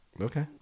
Okay